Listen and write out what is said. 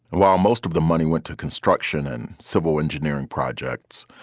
while most of the money went to construction and civil engineering projects.